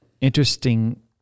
interesting